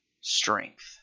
strength